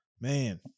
Man